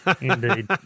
Indeed